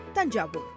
Tanjabu